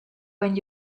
when